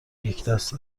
یکدست